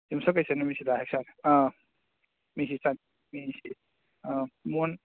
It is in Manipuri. ꯌꯨꯝꯁꯥꯀꯩꯁꯥ ꯅꯨꯃꯤꯠꯁꯤꯗ ꯍꯥꯏꯇꯥꯔꯦ ꯑꯥ ꯃꯤꯁꯤ ꯆꯥꯛ ꯃꯤꯁꯤ ꯑꯥ ꯃꯣꯟ